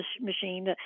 machine